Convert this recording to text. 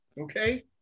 okay